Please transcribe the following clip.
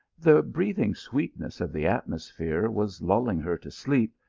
the breathing sweetness of the atmosphere was lulling her to sleep,